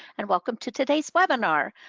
and welcome to today's webinar,